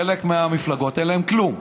חלק מהמפלגות אין להן כלום.